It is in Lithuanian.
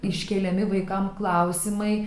iškeliami vaikams klausimai